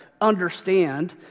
understand